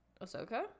Ahsoka